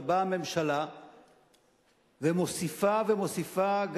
ובאה הממשלה ומוסיפה ומוסיפה,